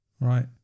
Right